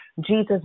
Jesus